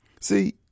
see